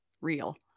real